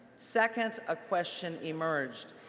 second, a question emerged.